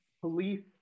Police